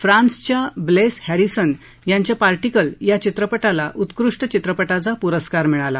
फ्रान्सच्या Blaise Harrison यांच्या particle या चित्रपटाला उत्कृष्ट चित्रपटाचा पुरस्कार मिळाला